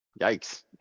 Yikes